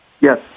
Yes